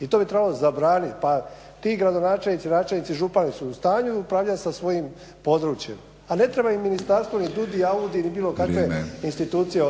i to bi trebalo zabraniti. Pa ti gradonačelnici, načelnici, župani su u stanju upravljati sa svojim područjem. A ne treba im ministarstvo ni DUDI, AUDI ili bilo kakve institucije